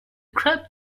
crib